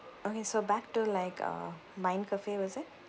okay so back to like uh mind cafe was it